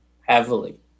heavily